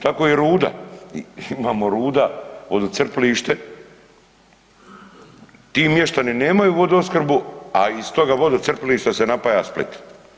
Tako i Ruda, imamo Ruda vodocrpilište, ti mještani nemaju vodoopskrbu, a iz toga vodocrpilišta se napaja Split.